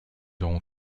auront